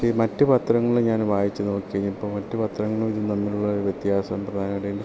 പക്ഷേ ഈ മറ്റ് പത്രങ്ങൾ ഞാൻ വായിച്ചുനോക്കി കഴിഞ്ഞപ്പോൾ മറ്റ് പത്രങ്ങളിൽ നിന്നുള്ള ഒരു വ്യത്യാസം പ്രധാനമായിട്ടും